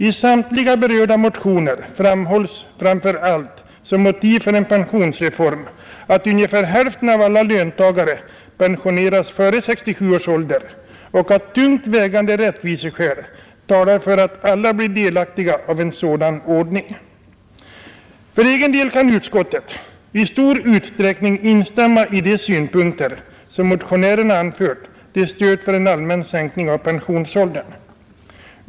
I samtliga berörda motioner framhålls framför allt som motiv för en pensionsreform att ungefär hälften av alla löntagare pensioneras före 67 års ålder och att tungt vägande rättviseskäl talar för att alla blir delaktiga av en sådan ordning. För egen del kan utskottet i stor utsträckning instämma i de synpunkter som motionärerna anfört till stöd för en allmän sänkning av pensionsåldern.